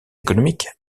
économiques